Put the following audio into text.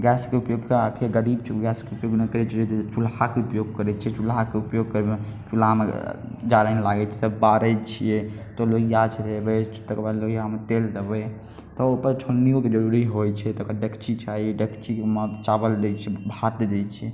gas के उपयोगके गरीब गैसके उपयोग नहि करै छै चुल्हाके उपयोग करै छै चुल्हाके उपयोग करयमे लामे जारनि लागै छै बारै छियै तऽ लोहिया छै तऽ लोहिया चढ़ेबै तकर बाद लोहियामे तेल देबै तऽ एहिपर छोंल्लियोके जरूरी होइ छै तखन डेकची चाही डेकचीमे चावल दै छी भात दै छी